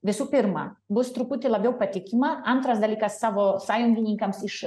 visų pirma bus truputį labiau patikima antras dalykas savo sąjungininkams iš